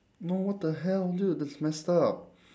no what the hell dude that's messed up